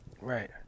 Right